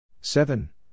Seven